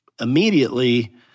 immediately